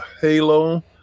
halo